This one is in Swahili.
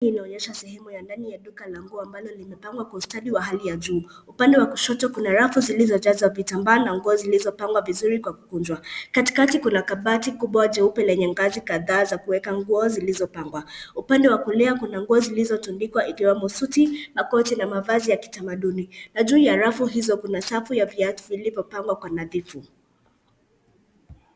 Hii inaonyesha sehemu ya ndani ya duka la nguo ambapo mavazi yamepangwa kwa ustadi wa hali ya juu. Upande wa kushoto, kuna rafu zilizojaa fulana, mashati na nguo zilizopangwa vizuri kwa kukunjwa. Katikati kuna kabati kubwa jeupe lenye nafasi ya kuweka nguo zilizopangwa. Upande wa kulia, kuna nguo zilizotundikwa ikiwa ni masuti, makoti, na mavazi ya kitaalamu au ofisini. Juu ya rafu hizo kuna safu ya viatu vilivyopangwa kwa uangalifu.